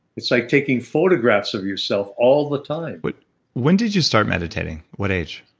it's like taking photographs of yourself all the time but when did you start meditating? what age?